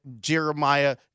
Jeremiah